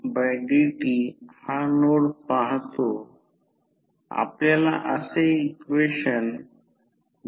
तर आयडियल ट्रान्सफॉर्मरसाठी हि 4 असम्पशन आहेत